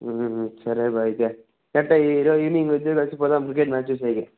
సరే బా అయితే ఎట్టా ఈరోజు ఈవినింగ్ ఇద్దరం కలిసి పోదాం క్రికెట్ మ్యాచ్ చూసేకి